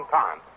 time